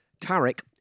Tarek